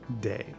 day